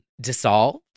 dissolved